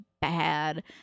bad